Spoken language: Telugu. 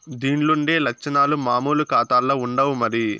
దీన్లుండే లచ్చనాలు మామూలు కాతాల్ల ఉండవు మరి